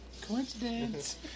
Coincidence